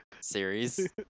series